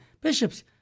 bishops